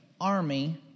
army